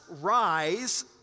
rise